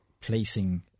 placing